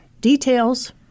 details